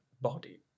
body